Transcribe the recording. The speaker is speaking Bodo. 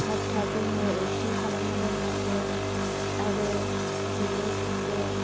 थाब थाबैनो एकटिं खालामनो रोंनांगोन आरो बियो सासे